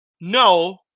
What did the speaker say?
No